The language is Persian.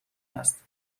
است